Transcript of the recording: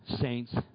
saints